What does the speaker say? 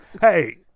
Hey